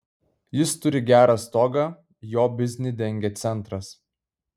jis turi gerą stogą jo biznį dengia centras